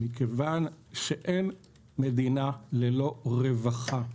מכיוון שאין מדינה ללא רווחה.